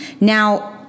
Now